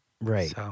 Right